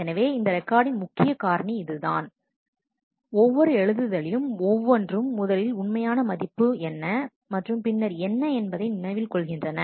எனவே இந்த ரெக்கார்டின் முக்கிய காரணி அதுதான் ஒவ்வொரு எழுதுதளிலும் ஒவ்வொன்றும் முதலில் உண்மையான மதிப்பு என்ன மற்றும் பின்னர் என்ன என்பதை நினைவில் கொள்கின்றன